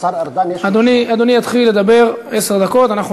זה לא